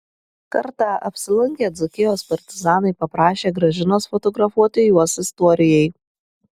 kartą apsilankę dzūkijos partizanai paprašę gražinos fotografuoti juos istorijai